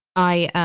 i i